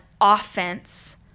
offense